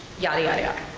yadda yadda yadda.